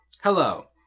Hello